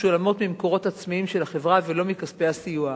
משולמים ממקורות עצמיים של החברה ולא מכספי הסיוע.